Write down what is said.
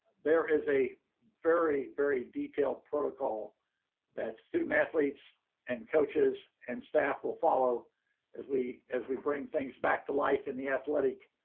there is a very, very detailed protocol that student athletes and coaches and staff will follow as we as we bring things back to life in the athletic